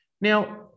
Now